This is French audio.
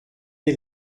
est